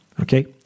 Okay